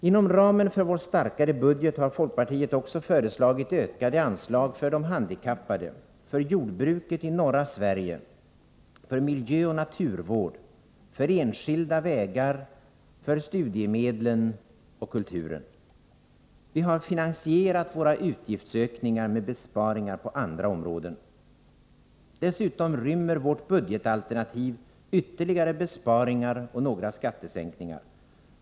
Inom ramen för vår starkare budget har vi i folkpartiet också föreslagit ökade anslag för de handikappade, för jordbruket i norra Sverige, för miljöoch naturvård, för enskilda vägar och för studiemedlen och kulturen. Vi har finansierat våra utgiftsökningar med besparingar på andra områden. Dessutom rymmer vårt budgetalternativ ytterligare besparingar och några skattesänkningar.